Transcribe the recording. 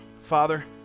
Father